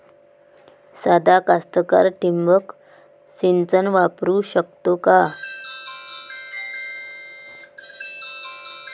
सादा कास्तकार ठिंबक सिंचन वापरू शकते का?